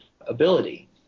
ability